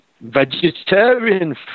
vegetarian